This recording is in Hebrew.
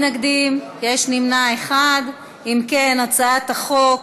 את הצעת חוק